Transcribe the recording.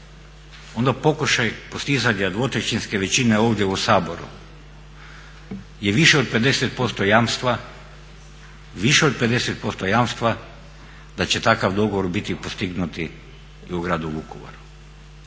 onda pokušaj postizanja dvotrećinske većine ovdje u Saboru je više od 50% jamstva da će takav dogovor biti postignut i u gradu Vukovaru.